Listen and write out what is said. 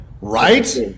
Right